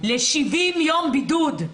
ל-70 יום בידוד.